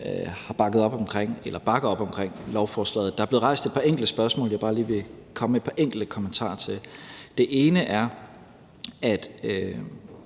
der bakker op om lovforslaget. Der er blevet rejst et par enkelte spørgsmål, som jeg bare lige vil komme med et par enkelte kommentarer til. Det ene